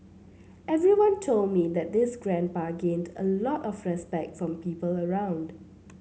everyone told me that this grandpa gained a lot of respect from people around